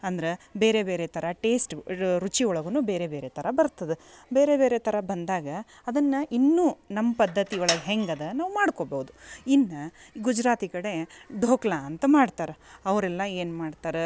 ಅಂದ್ರೆ ಬೇರೆ ಬೇರೆ ಥರ ಟೇಸ್ಟ್ ರುಚಿ ಒಳಗೂ ಬೇರೆ ಬೇರೆ ಥರ ಬರ್ತದೆ ಬೇರೆ ಬೇರೆ ಥರ ಬಂದಾಗ ಅದನ್ನು ಇನ್ನೂ ನಮ್ಮ ಪದ್ಧತಿ ಒಳಗೆ ಹೆಂಗದೆ ನಾವು ಮಾಡ್ಕೊಬೋದು ಇನ್ನು ಗುಜರಾತಿ ಕಡೆ ಢೋಕ್ಲಾ ಅಂತ ಮಾಡ್ತಾರ ಅವರೆಲ್ಲ ಏನ್ಮಾಡ್ತಾರ